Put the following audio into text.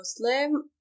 Muslim